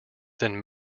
then